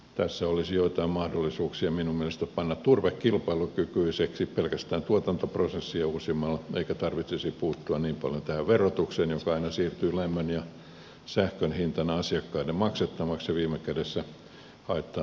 tässä olisi joitain mahdollisuuksia minun mielestäni panna turve kilpailukykyiseksi pelkästään tuotantoprosessia uusimalla eikä tarvitsisi puuttua niin paljon tähän verotukseen joka aina siirtyy lämmön ja sähkön hintana asiakkaiden maksettavaksi ja viime kädessä haittaa meidän vientiteollisuutta